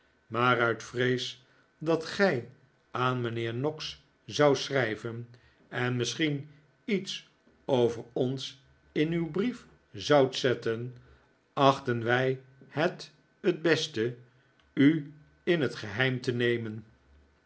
dat gij aan mijnheer noggs zoudt schrijven en misschien iets over ons in uw brief zoudt zetten achtten wij t het beste u in het geheim te nemen